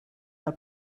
del